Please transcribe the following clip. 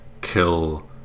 kill